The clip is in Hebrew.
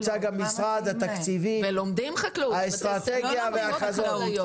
יוצג המשרד, יוצגו התקציבים, האסטרטגיה והחזון.